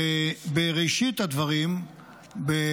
בראשית הדברים,